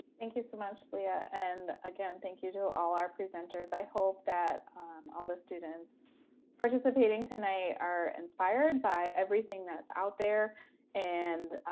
thank you so much. lia. and again, thank you to all our presenters. i hope that all the students participating tonight are inspired by everything that's out there and